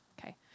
okay